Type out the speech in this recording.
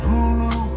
Hulu